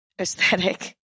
aesthetic